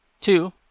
two